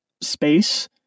space